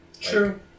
True